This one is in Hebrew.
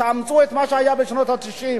תאמצו את מה שהיה בשנות ה-90,